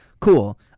Cool